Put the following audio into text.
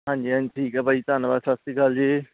ਹਾਂਜੀ ਹਾਂਜੀ ਠੀਕ ਆ ਬਾਈ ਧੰਨਵਾਦ ਸਤਿ ਸ਼੍ਰੀ ਅਕਾਲ ਜੀ